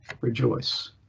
rejoice